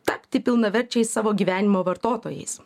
tapti pilnaverčiais savo gyvenimo vartotojais